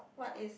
what is